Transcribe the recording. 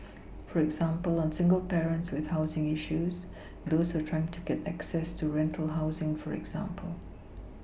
for example on single parents with housing issues those who are trying to get access to rental housing for example